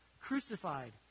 crucified